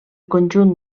conjunt